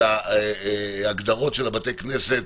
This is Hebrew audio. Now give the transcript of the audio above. של ההגדרות של בתי הכנסת,